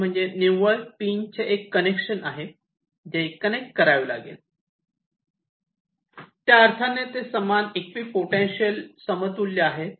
net म्हणजे निव्वळ म्हणजे पिनचे एक कनेक्शन आहे जे कनेक्ट करावे लागेल त्या अर्थाने ते समान म्हणजे इक्वि पोटेन्शियल समतुल्य आहेत